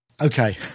okay